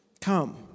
Come